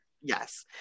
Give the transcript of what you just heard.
Yes